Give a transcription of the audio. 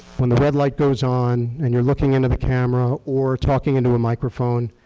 when the red light goes on and you're looking into the camera or talking into a microphone,